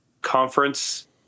Conference